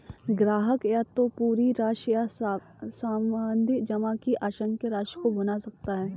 ग्राहक या तो पूरी राशि या सावधि जमा की आंशिक राशि को भुना सकता है